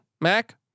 Mac